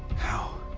how?